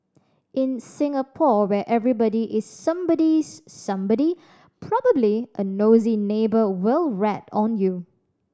in Singapore where everybody is somebody's somebody probably a nosy neighbour will rat on you